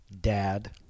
Dad